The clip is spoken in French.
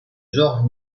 georges